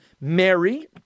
Mary